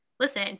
Listen